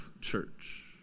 church